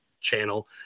Channel